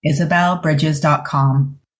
isabelbridges.com